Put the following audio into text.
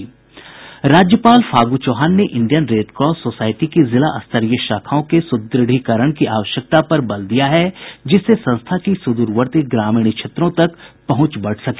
राज्यपाल फागू चौहान ने Indian red cross society की जिला स्तरीय शाखाओं के सुद्रढ़ीकरण की आवश्यकता पर जोर दिया है जिससे संस्था की सुदूरवर्ती ग्रामीण क्षेत्रों तक पहुंच बढ़ सके